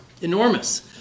enormous